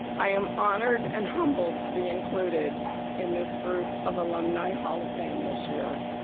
i am honored and humbled to be included in this group of alumni hall of fame this year.